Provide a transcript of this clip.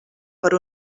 per